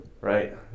Right